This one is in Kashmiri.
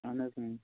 اَہَن حظ